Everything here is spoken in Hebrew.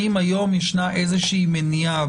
האם היום ישנה איזושהי מניעה,